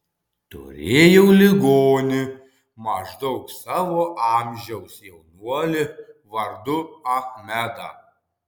turėjau ligonį maždaug savo amžiaus jaunuolį vardu achmedą